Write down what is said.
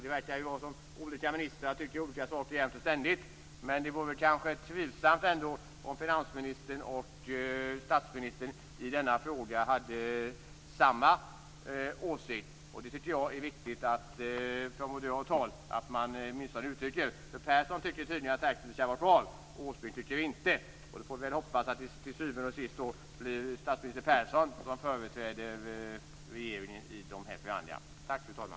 Det verkar ju som om olika ministrar tycker olika saker jämt och ständigt. Men det vore kanske ändå trivsamt om finansministern och statsministern i denna fråga hade samma åsikt. Det tycker jag är viktigt, från moderat håll, att man åtminstone uttrycker. Persson tycker tydligen att taxfree skall vara kvar och Åsbrink tycker inte det, och då får vi väl hoppas att det till syvende och sist bli statsminister Persson som företräder regeringen i förhandlingarna.